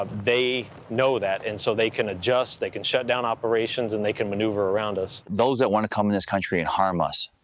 ah they know that and so they can adjust. they can shut down operations, and they can maneuver around us. those that want to come into and this country and harm us,